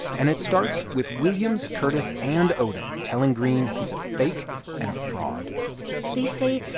and it starts with williams, curtis and odom telling greene he's a fake and a fraud they say,